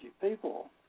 people